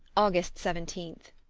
august seventeenth.